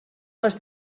les